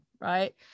right